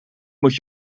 moet